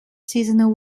seasonal